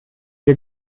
wir